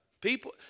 People